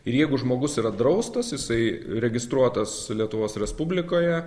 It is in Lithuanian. ir jeigu žmogus yra draustas jisai registruotas lietuvos respublikoje